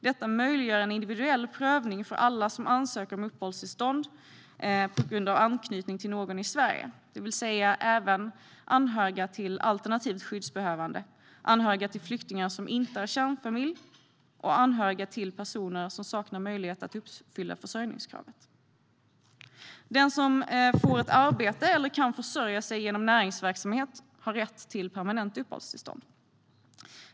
Detta möjliggör en individuell prövning för alla som ansöker om uppehållstillstånd på grund av anknytning till någon i Sverige, det vill säga även anhöriga till alternativt skyddsbehövande, anhöriga till flyktingar som inte är kärnfamilj och anhöriga till personer som saknar möjlighet att uppfylla försörjningskravet. Den som får ett arbete eller kan försörja sig genom näringsverksamhet har rätt till permanent uppehållstillstånd.